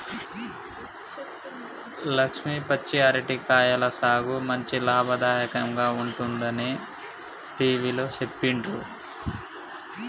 లక్ష్మి పచ్చి అరటి కాయల సాగు మంచి లాభదాయకంగా ఉంటుందని టివిలో సెప్పిండ్రు